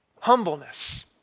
humbleness